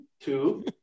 Two